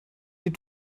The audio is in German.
die